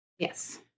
Yes